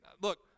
look